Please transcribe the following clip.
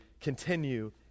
continue